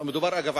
אגב,